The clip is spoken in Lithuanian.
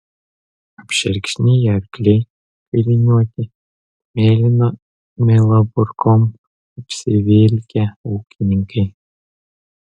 apšerkšniję arkliai kailiniuoti mėlyno milo burkom apsivilkę ūkininkai